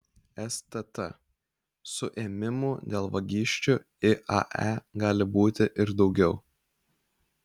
stt suėmimų dėl vagysčių iae gali būti ir daugiau